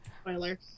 spoiler